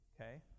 okay